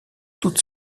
toute